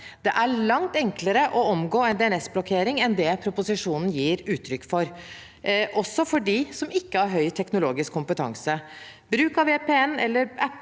Det er langt enklere å omgå en DNS-blokkering enn det proposisjonen gir uttrykk for, også for dem som ikke har høy teknologisk kompetanse. Bruk av VPN eller apper